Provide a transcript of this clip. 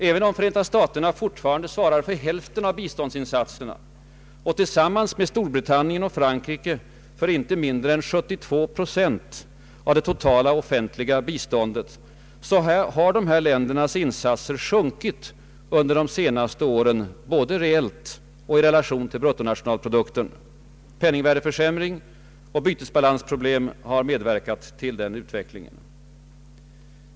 Även om Förenta staterna fortfarande svarar för hälften av biståndsinsatserna, och tillsammans med Storbritannien och Frankrike för inte mindre än 72 procent av det totala offentliga biståndet, har dessa länders insatser sjunkit under de senaste åren, både reellt och i relation till bruttonationalprodukten. Penningvärdeförsämring och bytesbalansproblem har bidragit härtill.